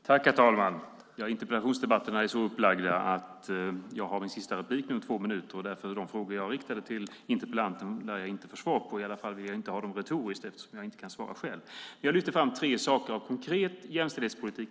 Herr talman! Interpellationsdebatterna är så upplagda att jag nu har mitt sista inlägg. Därför lär jag inte få svar på de frågor jag riktade till interpellanten. Jag vill i alla fall inte ha det retoriskt eftersom jag inte själv kan svara. Jag lyfte fram tre saker för konkret jämställdhetspolitik.